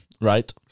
right